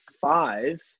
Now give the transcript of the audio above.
five